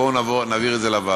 בואו נעביר את זה לוועדה.